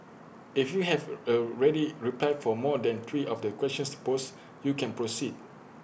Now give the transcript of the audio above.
if you have A ready reply for more than three of the questions posed you can proceed